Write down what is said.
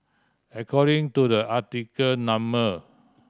according to the article number